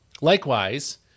Likewise